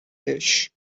dish